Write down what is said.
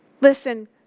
Listen